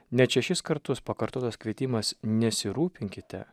net šešis kartus pakartotas kvietimas nesirūpinkite